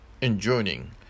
enjoying